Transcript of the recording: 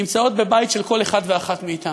נמצאות בבית של כל אחד ואחת מאתנו.